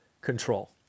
control